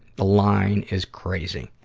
the line is crazy.